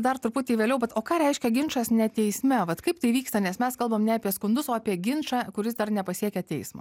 dar truputį vėliau bet o ką reiškia ginčas ne teisme vat kaip tai vyksta nes mes kalbam ne apie skundus o apie ginčą kuris dar nepasiekė teismo